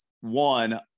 one